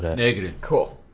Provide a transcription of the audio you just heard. negative. cool.